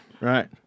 Right